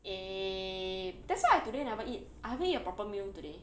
eh that's why I today never eat I haven't eat a proper meal today